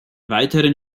weiteren